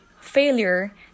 Failure